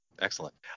excellent